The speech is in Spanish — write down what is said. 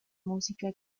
música